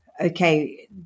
okay